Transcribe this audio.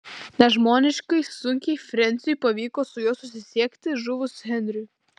nežmoniškai sunkiai frensiui pavyko su juo susisiekti žuvus henriui